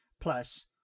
plus